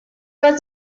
was